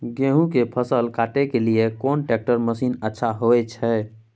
गेहूं के फसल काटे के लिए कोन ट्रैक्टर मसीन अच्छा होय छै?